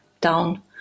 down